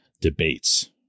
debates